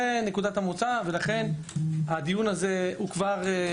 זאת נקודת המוצא, ולכן חשוב שהדיון הזה מתקיים.